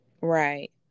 Right